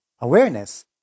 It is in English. awareness